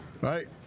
Right